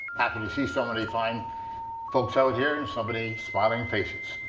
happy to see so many fine folks out here and so many smiling faces.